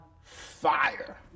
fire